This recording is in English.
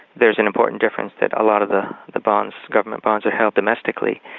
there's an important difference that a lot of ah the bonds, government bonds, are held domestically.